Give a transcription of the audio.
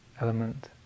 element